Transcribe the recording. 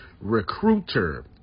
recruiter